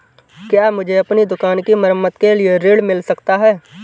क्या मुझे अपनी दुकान की मरम्मत के लिए ऋण मिल सकता है?